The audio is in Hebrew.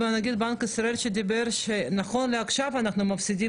נגיד בנק ישראל שאמר שנכון לעכשיו אנחנו מפסידים